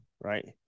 right